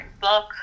book